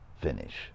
finish